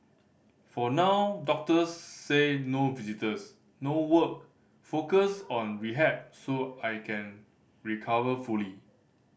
for now doctors say no visitors no work focus on rehab so I can recover fully